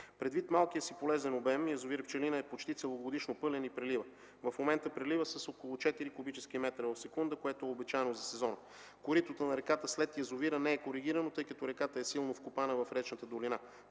Предвид малкия си полезен обем, язовир „Пчелина” е почти целогодишно пълен и прелива. В момента прелива с около 4 куб. м в секунда, което е обичайно за сезона. Коритото на реката след язовира не е коригирано, тъй като реката е силно вкопана в речната долина.